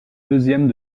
deuxième